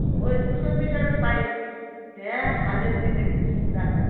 ওই দুশো metre pipe হ্যাঁ হাজার তিনেক টাকা